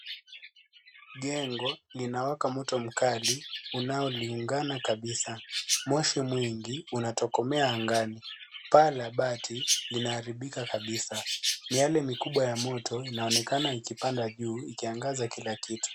Jengo linawaka moto mkali unaoliungana kabisa. Moshi mwingi linatokomea angani. Paa la bati linaharibika kabisa. Miale mikubwa na moto inaonekana ikipanda juu, ikiangaza kila kitu.